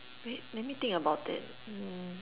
wait let me think about it hmm